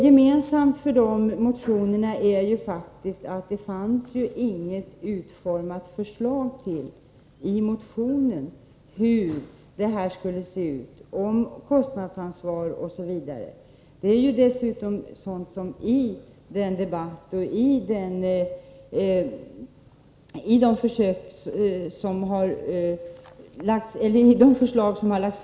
Gemensamt för motionerna är emellertid att det i dem inte fanns något konkret förslag till hur reformen skulle se ut. Det gällde bl.a. frågan om kostnadsansvaret. Också i den debatt som nu förs har det lagts fram olika förslag på den punkten.